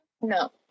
No